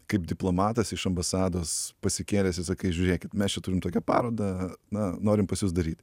kaip diplomatas iš ambasados pasikėlęs ir sakai žiūrėkit mes čia turim tokią parodą na norim pas jus daryt